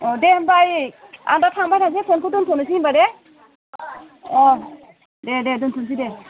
औ दे होमब्ला आयै आं दा थांब्ला हरसै फनखौ दोनथ'नोसै होनब्ला दे अ दे दे दोनथ'सै दे